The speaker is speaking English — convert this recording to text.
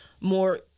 more